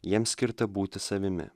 jiems skirta būti savimi